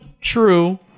True